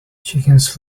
chickens